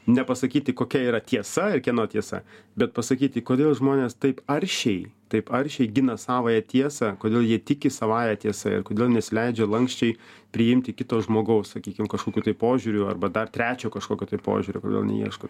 nepasakyti kokia yra tiesa ir kieno tiesa bet pasakyti kodėl žmonės taip aršiai taip aršiai gina savąją tiesą kodėl jie tiki savąja tiesa ir kodėl nesileidžia lanksčiai priimti kito žmogaus sakykim kažkokių tai požiūrių arba dar trečio kažkokio tai požiūrio neieško